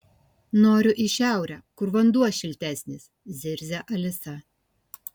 noriu į šiaurę kur vanduo šiltesnis zirzia alisa